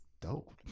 dope